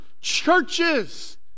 churches